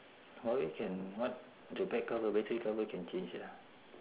huawei can what the back cover battery cover can change ya